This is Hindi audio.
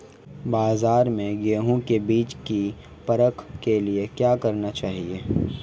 बाज़ार में गेहूँ के बीज की परख के लिए क्या करना चाहिए?